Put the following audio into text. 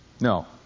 No